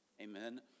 amen